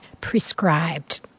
prescribed